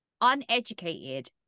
uneducated